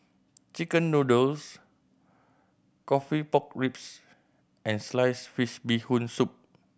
chicken noodles coffee pork ribs and sliced fish Bee Hoon Soup